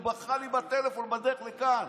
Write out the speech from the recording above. הוא בכה לי בטלפון בדרך לכאן.